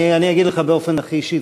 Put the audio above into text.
אני אגיד לך באופן הכי אישי,